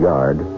Yard